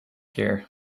here